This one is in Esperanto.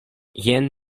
jen